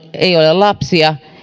ei ole lapsia eikä